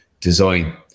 design